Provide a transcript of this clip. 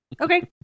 Okay